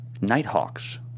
Nighthawks